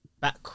back